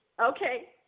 Okay